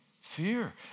Fear